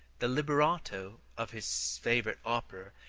the libretto of his favorite opera,